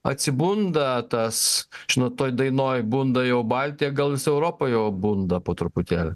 atsibunda tas žinot toj dainoj bunda jau baltija gal jis europoj jau bunda po truputėlį